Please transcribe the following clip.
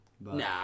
Nah